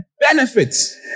Benefits